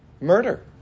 murder